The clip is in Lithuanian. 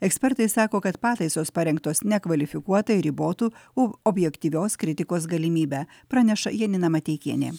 ekspertai sako kad pataisos parengtos nekvalifikuotai ribotų o objektyvios kritikos galimybę praneša janina mateikienė